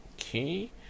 Okay